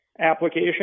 application